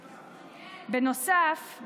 בנוסף,